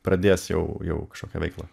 pradės jau jau kažkokią veiklą